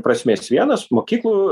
prasmės vienas mokyklų